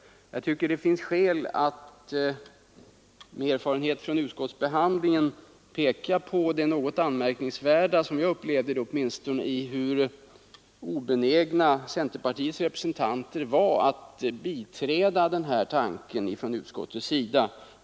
Jag tycker det finns skäl att, med erfarenhet från utskottsbehandlingen, peka på det något anmärkningsvärda uti att centerpartiets representanter var obenägna att i utskottet biträda den här tanken.